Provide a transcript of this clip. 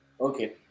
Okay